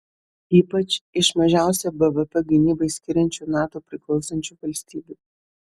ypač iš mažiausią bvp gynybai skiriančių nato priklausančių valstybių